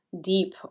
deep